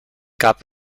gab